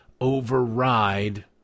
override